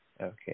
Okay